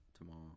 tomorrow